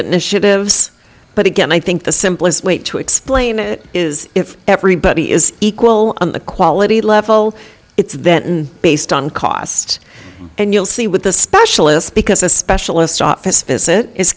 initiatives but again i think the simplest way to explain it is if everybody is equal a quality level it's then based on cost and you'll see with the specialist because a specialist office visit i